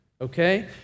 okay